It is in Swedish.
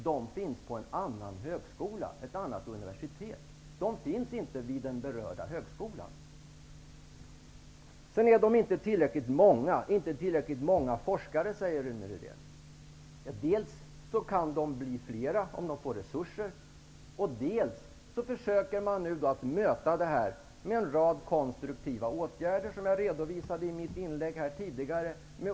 De finns vid en annan högskola, ett annat universitet. De finns inte vid den berörda högskolan. Rune Rydén säger sedan att det inte finns tillräckligt många forskare. Dels kan de bli flera om de får resurser, dels försöker man möta denna brist med en rad konstruktiva åtgärder, som jag tidigare redovisade i mitt inlägg.